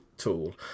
tool